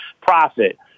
Profit